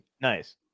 Nice